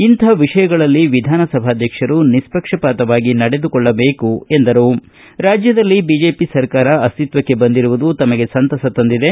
ಇಂಥ ವಿಷಯಗಳಲ್ಲಿ ವಿಧಾನಸಭಾಧ್ಯಕ್ಷರು ನಿಷ್ಷಕ್ಷಪಾತವಾಗಿ ನಡೆದುಕೊಳ್ಳಬೇಕು ಎಂದರು ರಾಜ್ಯದಲ್ಲಿ ಬಿಜೆಪಿ ಸರ್ಕಾರ ಅಸ್ತಿತ್ವಕ್ಷೆ ಬಂದಿರುವುದು ತಮಗೆ ಸಂತಸ ತಂದಿದೆ